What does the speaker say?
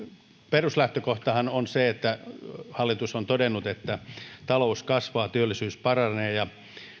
peruslähtökohtahan on se että hallitus on todennut että talous kasvaa ja työllisyys paranee ja